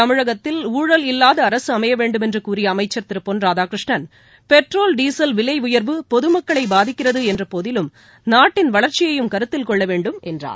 தமிழகத்தில் ஊழல் இல்லாத அரசு அமைய வேண்டுமென்று கூறிய அமைச்சர் திரு பொன் ராதாகிருஷ்ணன் பெட்ரோல் டீசல் விலை உயர்வு பொது மக்களை பாதிக்கிறது என்றபோதிலும் நாட்டின் வளர்ச்சியையும் கருத்தில் கொள்ள வேண்டும் என்றார்